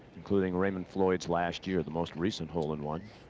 including raymond floyd's. last year, the most recent hole in one.